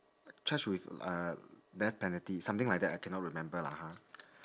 charged with uh death penalty something like that I cannot remember lah ha